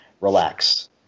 relax